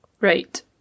Right